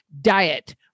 diet